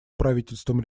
правительствам